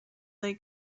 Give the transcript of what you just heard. they